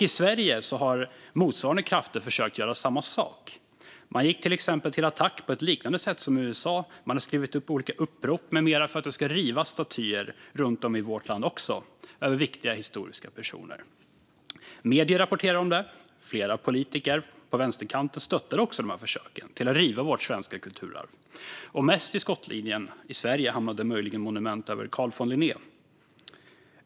I Sverige har motsvarande krafter försökt göra samma sak. Man gick till exempel till attack på ett liknande sätt som i USA. Man har skrivit olika upprop med mera för att det ska rivas statyer över viktiga historiska personer runt om i vårt land också. Medier rapporterar om det. Flera politiker på vänsterkanten stöttar också de här försöken att riva vårt svenska kulturarv. Mest i skottlinjen i Sverige hamnade möjligen monument över Carl von Linné.